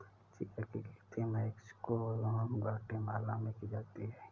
chia की खेती Mexico एवं ग्वाटेमाला में की जाती है